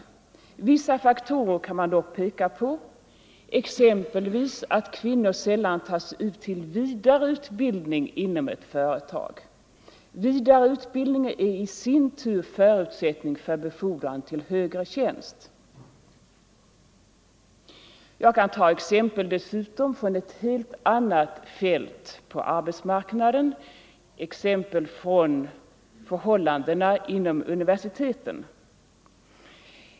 Vissa faktorer kan man dock peka på, exempelvis att kvinnor sällan tages ut till vidareutbildning inom ett företag. Vidareutbildning är i sin tur förutsättning för befordran till högre tjänst. Från ett annat fält på arbetsmarknaden kan anföras förhållandena inom universiteten.